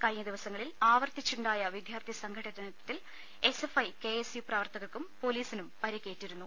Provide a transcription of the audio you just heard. കഴിഞ്ഞ ദിവസങ്ങളിൽ ആവർത്തിച്ചുണ്ടായ വിദ്യാർത്ഥി സംഘ ട്ടനത്തിൽ എസ്എഫ്ഐ കെഎസ്യു പ്രവർത്തകർക്കും പൊലീസിനും പരിക്കേറ്റിരുന്നു